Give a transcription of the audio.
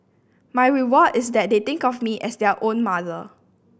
my reward is that they think of me as their own mother